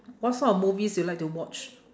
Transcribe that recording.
what sort of movies do you like to watch